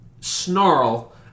snarl